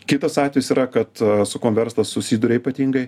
kitas atvejis yra kad su kuom verslas susiduria ypatingai